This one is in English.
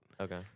Okay